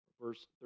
Verse